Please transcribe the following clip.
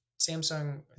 Samsung